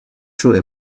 through